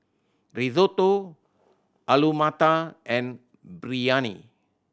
Risotto Alu Matar and Biryani